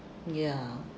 ya